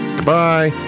Goodbye